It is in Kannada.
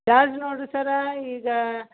ಚಾರ್ಜ್ ನೋಡಿರಿ ಸರ ಈಗ